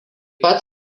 pat